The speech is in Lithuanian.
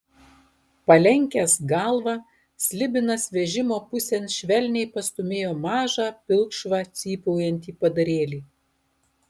palenkęs galvą slibinas vežimo pusėn švelniai pastūmėjo mažą pilkšvą cypaujantį padarėlį